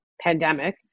pandemic